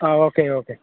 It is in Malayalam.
ആ ഓക്കെ ഓക്കെ